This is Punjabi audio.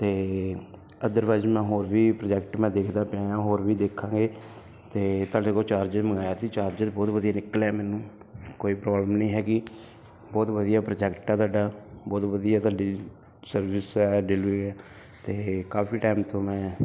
ਅਤੇ ਅਦਰਵਾਈਜ਼ ਮੈਂ ਹੋਰ ਵੀ ਪ੍ਰੋਜੈਕਟ ਮੈਂ ਦੇਖਦਾ ਪਿਆ ਹੋਰ ਵੀ ਦੇਖਾਂਗੇ ਅਤੇ ਤੁਹਾਡੇ ਕੋਲ ਚਾਰਜਰ ਮੰਗਵਾਇਆ ਸੀ ਚਾਰਜਰ ਬਹੁਤ ਵਧੀਆ ਨਿਕਲਿਆ ਮੈਨੂੰ ਕੋਈ ਪ੍ਰੋਬਲਮ ਨਹੀਂ ਹੈਗੀ ਬਹੁਤ ਵਧੀਆ ਪ੍ਰੋਜੈਕਟ ਆ ਤੁਹਾਡਾ ਬਹੁਤ ਵਧੀਆ ਤੁਹਾਡੀ ਸਰਵਿਸ ਹੈ ਡਿਲੀਵਰੀ ਹੈ ਅਤੇ ਕਾਫੀ ਟਾਈਮ ਤੋਂ ਮੈਂ